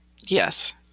yes